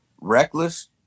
reckless